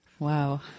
Wow